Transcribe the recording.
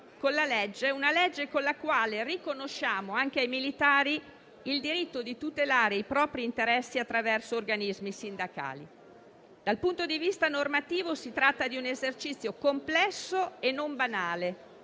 con una legge con la quale riconosciamo anche ai militari il diritto di tutelare i propri interessi attraverso organismi sindacali. Dal punto di vista normativo si tratta di un esercizio complesso e non banale,